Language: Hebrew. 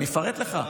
אני אפרט לך.